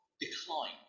Decline